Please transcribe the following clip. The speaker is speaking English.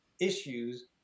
issues